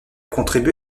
contribué